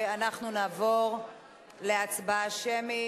ואנחנו נעבור להצבעה שמית.